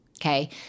okay